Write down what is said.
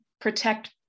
protect